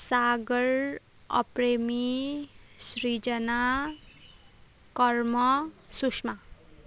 Sagar Apremi Srijana Karma Sushma